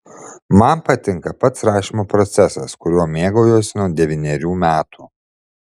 man patinka pats rašymo procesas kuriuo mėgaujuosi nuo devynerių metų